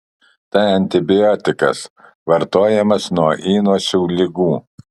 tai antibiotikas vartojamas nuo įnosių ligų